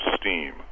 steam